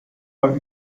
beim